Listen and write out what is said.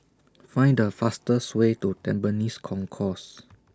Find The fastest Way to Tampines Concourse